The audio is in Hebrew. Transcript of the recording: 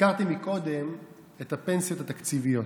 הזכרתי קודם את הפנסיות התקציביות.